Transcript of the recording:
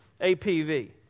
APV